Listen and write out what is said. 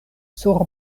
sur